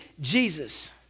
Jesus